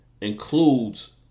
includes